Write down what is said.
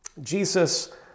Jesus